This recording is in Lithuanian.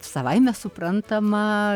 savaime suprantama